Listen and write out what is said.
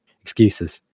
excuses